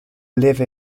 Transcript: live